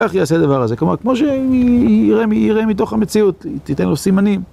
איך יעשה הדבר הזה? כלומר, כמו שיראה מתוך המציאות, היא תיתן לו סימנים.